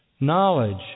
Knowledge